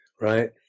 right